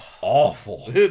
awful